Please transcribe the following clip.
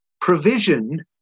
Provision